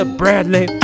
bradley